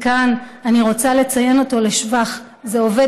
וכאן אני רוצה לציין אותו לשבח: זה עובד